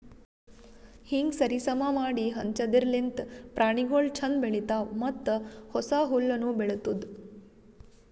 ಹೀಂಗ್ ಸರಿ ಸಮಾ ಮಾಡಿ ಹಂಚದಿರ್ಲಿಂತ್ ಪ್ರಾಣಿಗೊಳ್ ಛಂದ್ ಬೆಳಿತಾವ್ ಮತ್ತ ಹೊಸ ಹುಲ್ಲುನು ಬೆಳಿತ್ತುದ್